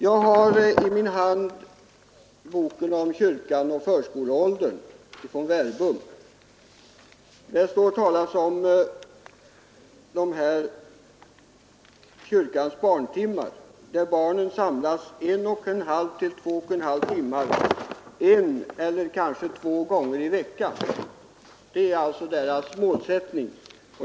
Jag har i min hand en bok från Verbum om kyrkan och förskoleåldern. Där står talat om kyrkans barntimmar. Barnen samlas 1,5—2,5 timmar en eller kanske två gånger i veckan. Det är alltså målsättningen.